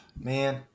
man